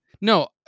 No